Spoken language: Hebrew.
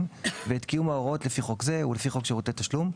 ואת קיום ההוראות לפי חוק זה ולפי חוק שירותי תשלום,